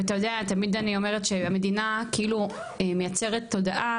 תמיד אני אומרת שהמדינה כאילו מייצרת תודעה